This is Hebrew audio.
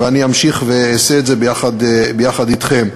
ואני אמשיך ואעשה את זה ביחד אתכם.